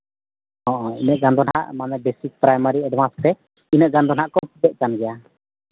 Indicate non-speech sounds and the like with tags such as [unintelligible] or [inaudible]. ᱦᱳᱭ ᱤᱱᱟᱹᱜ ᱜᱟᱱ ᱫᱚ ᱦᱟᱸᱜ ᱢᱟᱱᱮ ᱵᱮᱥᱤᱠ ᱯᱨᱟᱭᱢᱟᱨᱤ ᱮᱰᱵᱷᱟᱱᱥ ᱛᱮ ᱤᱱᱟᱹᱜ ᱜᱟᱱ ᱫᱚᱦᱟᱸᱜ ᱠᱚ [unintelligible] ᱜᱮᱭᱟ